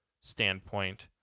standpoint